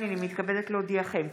הינני מתכבדת להודיעכם,